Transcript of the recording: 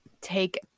take